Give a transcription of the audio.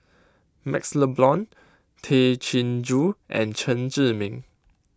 MaxLe Blond Tay Chin Joo and Chen Zhiming